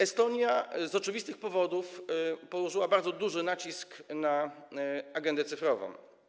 Estonia z oczywistych powodów położyła bardzo duży nacisk na agendę cyfrową.